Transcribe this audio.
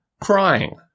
crying